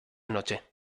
noche